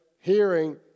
hearing